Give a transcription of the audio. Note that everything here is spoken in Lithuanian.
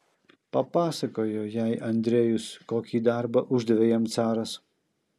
papasakojo jai andrejus kokį darbą uždavė jam caras